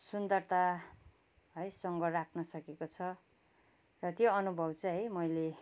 सुन्दरता है सँग राख्न सकेको छ र त्यो अनुभव चाहिँ है मैले